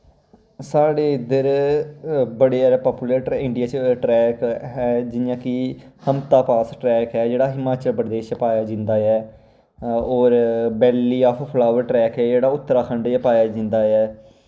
साढ़े इद्धर बड़े जादा पापुलेटिड इंडिया च ट्रैक ऐं जि'यां कि हंपस पास ट्रैक ऐ जेह्ड़ा हिमाचल च पाया जंदा ऐ होर वैल्ली आफ फ्लावर ट्रैक ऐ जेह्ड़ा ओह् उत्तराखंड च पाया जंदा ऐ